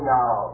now